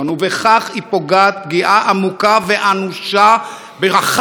ובכך היא פוגעת פגיעה עמוקה ואנושה באחת